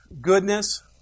goodness